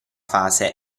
fase